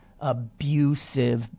abusive